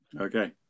Okay